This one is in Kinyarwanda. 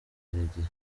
karegeya